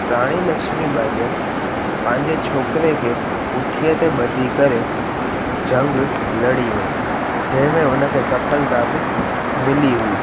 राणी लक्ष्मीबाईअ पंहिंजे छोकिरे खे पुठीअ ते ॿधी करे जंग लड़ी वई जंहिंमें उनखे सफलता बि मिली हुई